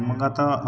मग आता